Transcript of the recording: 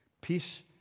Peace